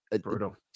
Brutal